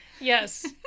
Yes